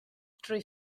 drwy